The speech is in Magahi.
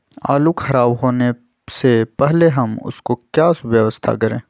आलू खराब होने से पहले हम उसको क्या व्यवस्था करें?